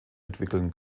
entwickeln